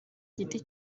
giti